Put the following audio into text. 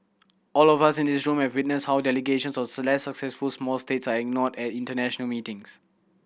all of us in this room have witnessed how delegations of successful small states are ignored at international meetings